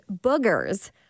boogers